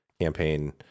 campaign